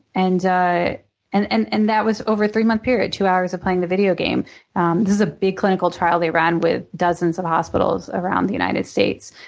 and ah and and and that was over a three-month period, two hours of playing the video game. this is a big clinical trial they ran with dozens of hospitals around the united states.